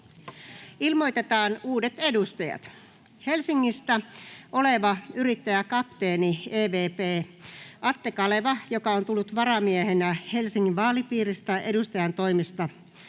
=== RAW CONTENT === Helsingistä oleva yrittäjä, kapteeni evp. Atte Kaleva, joka on tullut varamiehenä Helsingin vaalipiiristä edustajantoimesta